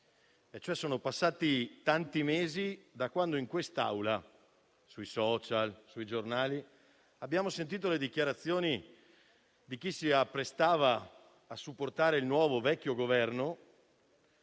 sono passati tanti mesi da quando in quest'Aula, sui *social* e sui giornali abbiamo sentito le dichiarazioni di chi si apprestava a supportare il nuovo-vecchio Governo,